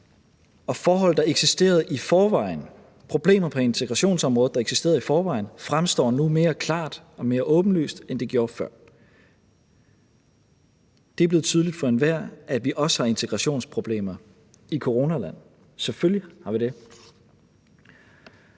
integrationsområdet, der eksisterede i forvejen, fremstår nu mere klart og mere åbenlyst, end de gjorde før. Det er blevet tydeligt for enhver, at vi også har integrationsproblemer i coronaland. Selvfølgelig har vi det.